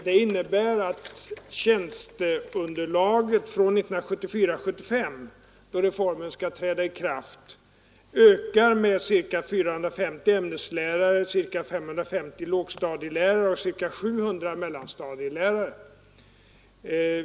Det innebär att tjänsteunderlaget från 1974/75, då reformen skall träda i kraft, ökar med ca 450 ämneslärare, ca 550 lågstadielärare och ca 700 mellanstadielärare.